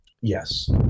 Yes